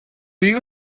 you